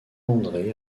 andré